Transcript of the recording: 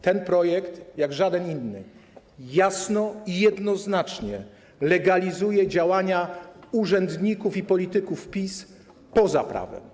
Ten projekt jak żaden inny jasno i jednoznacznie legalizuje działania urzędników i polityków PiS poza prawem.